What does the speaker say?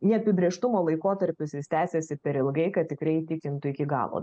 neapibrėžtumo laikotarpis jis tęsiasi per ilgai kad tikrai įtikintų iki galo